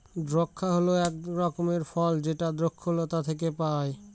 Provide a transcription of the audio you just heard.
দ্রাক্ষা হল এক রকমের ফল যেটা দ্রক্ষলতা থেকে পায়